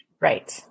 right